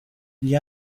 gli